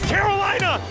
Carolina